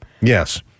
Yes